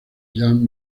jam